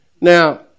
Now